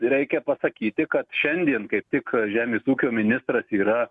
reikia pasakyti kad šiandien kaip tik žemės ūkio ministras yra